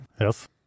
Yes